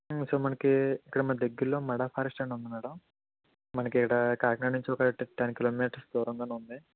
so మనకి ఇట్ల మనకు దగ్గర్లో మడ ఫారెస్ట్ అని ఉంది మేడం మనకి ఈడ కాకినాడ నుంచి ఒక టె టెన్ కిలోమీటర్స్ దూరంలోనే ఉంది